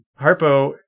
Harpo